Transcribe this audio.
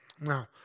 Now